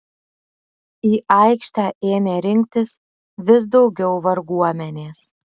į aikštę ėmė rinktis vis daugiau varguomenės